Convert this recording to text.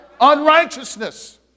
unrighteousness